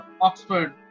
Oxford